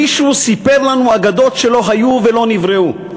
מישהו סיפר לנו אגדות שלא היו ולא נבראו.